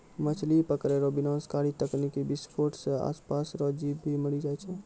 मछली पकड़ै रो विनाशकारी तकनीकी विसफोट से आसपास रो भी जीब मरी जाय छै